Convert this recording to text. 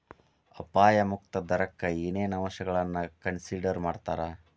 ಅಪಾಯ ಮುಕ್ತ ದರಕ್ಕ ಏನೇನ್ ಅಂಶಗಳನ್ನ ಕನ್ಸಿಡರ್ ಮಾಡ್ತಾರಾ